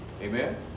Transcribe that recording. Amen